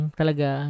talaga